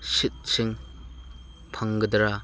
ꯁꯤꯠꯁꯤꯡ ꯐꯪꯒꯗ꯭ꯔꯥ